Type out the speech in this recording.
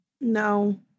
no